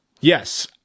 yes